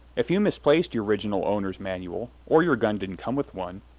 if you misplaced your original owner's manual, or your gun didn't come with one,